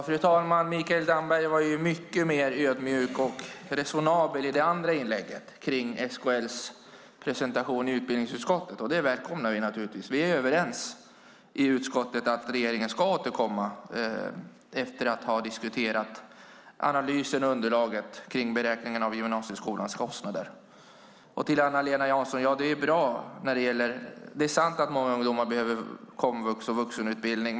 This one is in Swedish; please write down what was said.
Fru talman! Mikael Damberg var mycket mer ödmjuk och resonabel i sitt andra inlägg om SKL:s presentation i utbildningsutskottet, och det välkomnar vi naturligtvis. Vi är överens i utskottet om att regeringen ska återkomma efter att ha diskuterat analysen av och underlaget för beräkningen av kostnaderna för gymnasieskolan. Till Eva-Lena Jansson vill jag säga att det är sant att många ungdomar behöver komvux och vuxenutbildning.